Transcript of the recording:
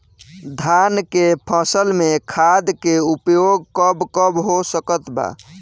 धान के फसल में खाद के उपयोग कब कब हो सकत बा?